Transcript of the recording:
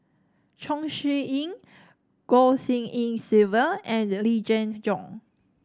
Chong Siew Ying Goh Tshin En Sylvia and Yee Jenn Jong